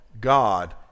God